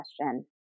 question